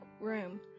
room